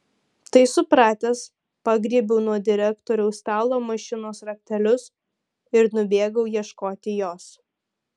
tai supratęs pagriebiau nuo direktoriaus stalo mašinos raktelius ir nubėgau ieškoti jos